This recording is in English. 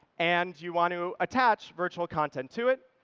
and you want to attach virtual content to it.